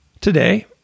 today